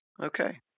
Okay